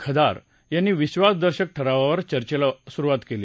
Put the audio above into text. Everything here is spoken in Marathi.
खदार यांनी विक्वासदर्शक ठरावावरील चर्चॅला सुरुवात केली